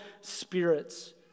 spirits